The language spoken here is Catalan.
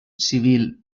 civil